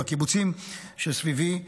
בקיבוצים שסביבי,